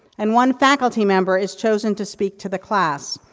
and one faculty member is chosen to speak to the class,